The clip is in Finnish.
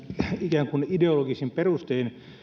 ikään kuin ideologisin perustein